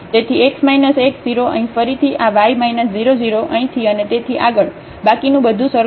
તેથી x x 0 અહીં ફરીથી આ y 0 0 અહીંથી અને તેથી આગળ બાકીનું બધું સરખો હશે